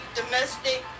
domestic